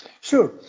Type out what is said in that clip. Sure